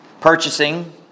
purchasing